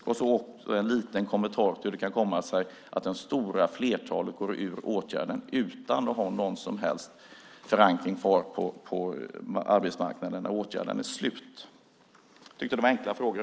Kan arbetsmarknadsministern också ge en kort kommentar till hur det kan komma sig att det stora flertalet går ur åtgärden utan att ha någon som helst förankring kvar på arbetsmarknaden när åtgärden är slut? Jag tyckte att det var enkla frågor.